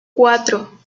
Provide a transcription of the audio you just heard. cuatro